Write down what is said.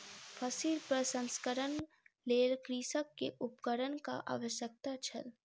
फसिल प्रसंस्करणक लेल कृषक के उपकरणक आवश्यकता छल